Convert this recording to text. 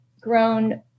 grown